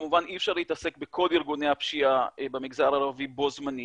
שכמובן אי אפשר להתעסק בכל ארגוני הפשיעה במגזר הערבי בו זמנית,